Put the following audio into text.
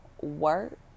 work